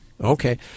okay